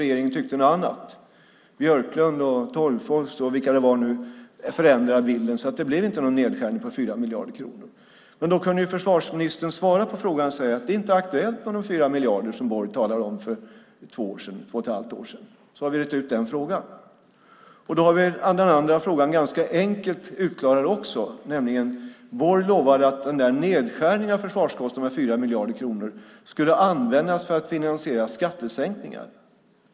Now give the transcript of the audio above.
Regeringen tyckte något annat. Björklund, Tolgfors och vilka det nu var förändrade bilden, så det blev ingen nedskärning på 4 miljarder kronor. Men då kunde ju försvarsministern svara på frågan och säga att det är inte aktuellt med de 4 miljarder som Borg talade om för två och ett halvt år sedan, så har vi rett ut den frågan. Då har vi också den andra frågan rätt enkelt utklarad, nämligen att Borg lovade att nedskärningen av försvarskostnaderna med 4 miljarder kronor skulle användas för att finansiera skattesänkningar.